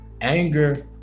anger